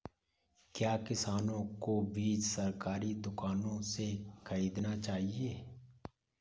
क्या किसानों को बीज सरकारी दुकानों से खरीदना चाहिए?